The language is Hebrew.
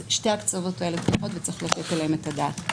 אז שתי הקצוות האלה פתוחות וצריך לתת עליהן את הדעת .